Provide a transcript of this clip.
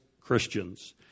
Christians